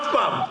אף פעם.